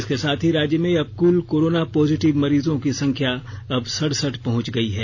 इसके साथ ही राज्य में अब कुल कोरोना पॉजिटिव मरीजों की संख्या अब सड़सठ पहुंच गई है